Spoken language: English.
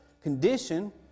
condition